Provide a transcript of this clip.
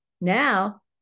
now